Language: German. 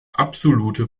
absolute